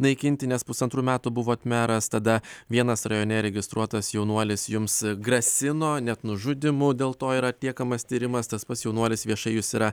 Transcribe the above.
naikinti nes pusantrų metų buvot meras tada vienas rajone registruotas jaunuolis jums grasino net nužudymu dėl to yra atliekamas tyrimas tas pats jaunuolis viešai jus yra